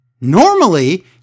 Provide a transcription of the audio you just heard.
Normally